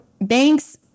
Banks